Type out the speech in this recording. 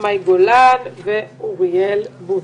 מאי גולן ואוריאל בוסו.